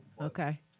Okay